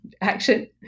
action